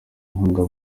inkunga